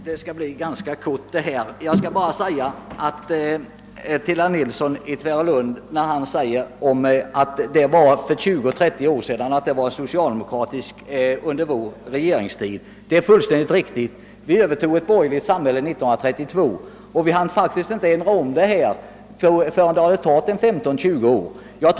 Herr talman! Mitt inlägg skall bli ganska kort. Herr Nilsson i Tvärålund talade om vad som hände för 20—30 år sedan under den socialdemokratiska regeringstiden. Ja, det är riktigt att vi övertog ett borgerligt samhälle 1932, men vi hann inte ändra på förhållandena förrän det hade förflutit 15—20 år.